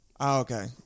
okay